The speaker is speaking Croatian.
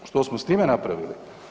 Što smo s time napravili?